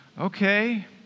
okay